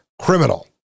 criminal